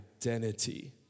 identity